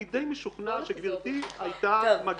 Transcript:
אני די משוכנע שגברתי הייתה מגיעה לאותה מסקנה.